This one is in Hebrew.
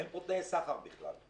סליחה, אין פה תנאי סחר בכלל.